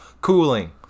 cooling